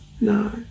No